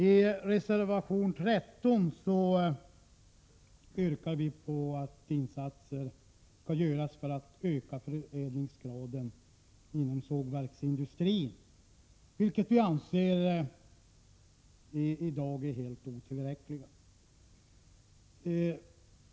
I reservation 13 yrkar vi på att insatser skall göras för att öka förädlingsgraden inom sågverksindustrin, vilken vi anser i dag är helt otillräcklig.